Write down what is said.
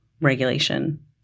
regulation